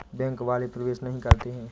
Bank वाले प्रवेश नहीं करते हैं?